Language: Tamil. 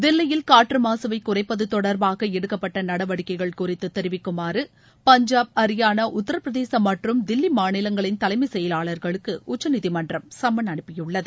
தில்லியில் காற்றமாசுவை குறைப்பது தொடர்பாக எடுக்கப்பட்ட நடவடிக்கைகள் குறித்து தெரிவிக்குமாறு பஞ்சாப் ஹரியாளா உத்தரப்பிரதேசம் மற்றும் தில்லி மாநிலங்களின் தலைமைச் செயலாளாகளுக்கு உச்சநீதிமன்றம் சம்மன் அனுப்பியுள்ளது